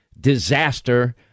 disaster